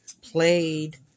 played